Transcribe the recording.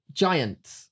giants